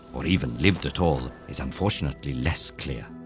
or even lived at all is, unfortunately, less clear.